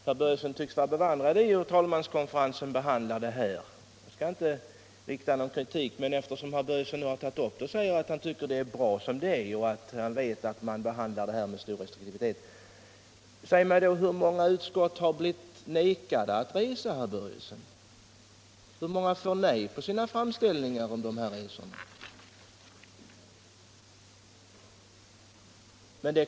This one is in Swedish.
Herr Börjesson tycks vara bevandrad i hur talmanskonferensen behandlar sådana här frågor. Jag skall inte komma med någon kritik, men eftersom herr Börjesson nu säger att det är bra som det är och att han vet att man behandlar de här frågorna med stor restriktivitet, säg mig då: Hur många utskott har blivit vägrade att resa, hur många får nej på sina framställningar om resor?